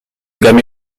gamme